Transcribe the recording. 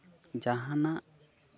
ᱡᱟᱦᱟᱱᱟᱜ